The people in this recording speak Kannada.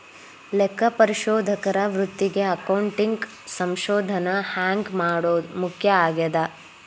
ಲೆಕ್ಕಪರಿಶೋಧಕರ ವೃತ್ತಿಗೆ ಅಕೌಂಟಿಂಗ್ ಸಂಶೋಧನ ಹ್ಯಾಂಗ್ ಮುಖ್ಯ ಆಗೇದ?